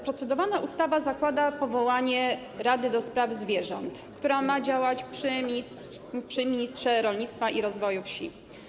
Procedowana ustawa zakłada powołanie Rady do spraw Zwierząt, która ma działać przy Ministrze Rolnictwa i Rozwoju Wsi.